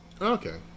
Okay